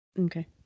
Okay